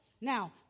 Now